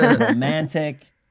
romantic